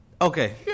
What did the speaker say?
Okay